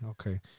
okay